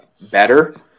better